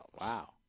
Wow